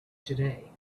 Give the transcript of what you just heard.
today